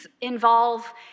involve